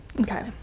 Okay